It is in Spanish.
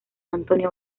antonio